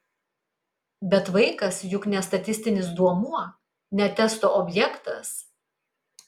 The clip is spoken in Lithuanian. bet vaikas juk ne statistinis duomuo ne testo objektas